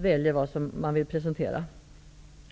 väljer ut vad man vill presentera.